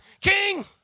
king